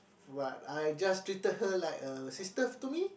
what I just treated her like a sister to me